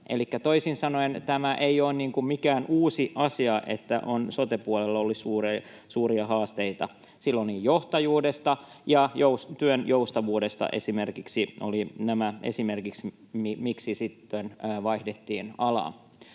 toisin sanoen tämä ei ole mikään uusi asia, että sote-puolella on suuria haasteita. Silloin esimerkiksi johtajuus ja työn joustavuus olivat nämä, miksi sitten vaihdettiin alaa.